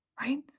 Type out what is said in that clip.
right